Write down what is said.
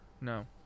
No